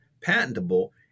patentable